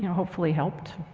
hopefully helped.